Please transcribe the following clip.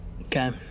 Okay